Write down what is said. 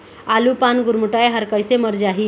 आलू पान गुरमुटाए हर कइसे मर जाही?